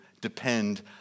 depend